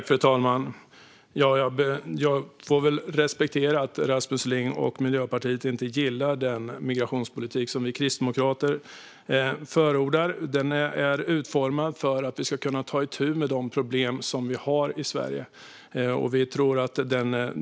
Fru talman! Jag får respektera att Rasmus Ling och Miljöpartiet inte gillar den migrationspolitik som vi kristdemokrater förordar. Den är utformad för att vi ska kunna ta itu med de problem som vi har i Sverige.